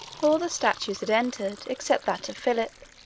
all the statues had entered except that of philip,